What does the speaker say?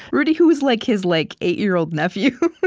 rudy, who is like his like eight year old nephew.